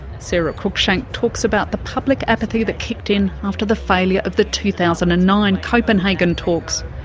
sarah cruickshank talks about the public apathy that kicked in after the failure of the two thousand and nine copenhagen talks,